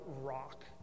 rock